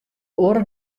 oare